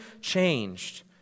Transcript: changed